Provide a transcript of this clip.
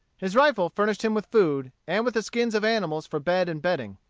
his rifle furnished him with food, and with the skins of animals for bed and bedding.